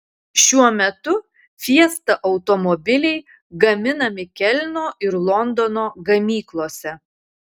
šiuo metu fiesta automobiliai gaminami kelno ir londono gamyklose